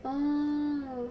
orh